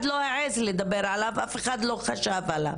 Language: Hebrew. לא העז לדבר עליו ואף אחד לא חשב עליו,